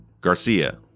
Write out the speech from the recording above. Garcia